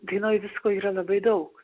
dainoj visko yra labai daug